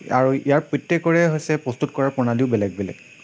আৰু ইয়াৰ প্ৰত্যেকৰে হৈছে প্ৰস্তুত কৰা প্ৰণালীও বেলেগ বেলেগ